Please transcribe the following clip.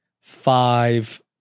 five